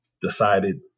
decided